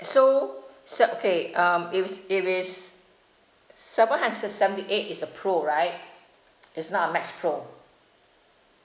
so so okay um if it's if it's seven hun~ s~ seventy eight is the pro right it's not a max pro